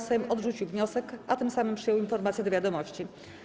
Sejm odrzucił wniosek, a tym samym przyjął informację do wiadomości.